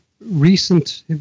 recent